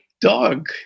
dog